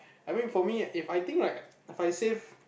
I mean for me If I think like If I save